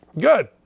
Good